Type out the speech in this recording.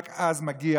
רק אז מגיע,